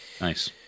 nice